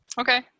Okay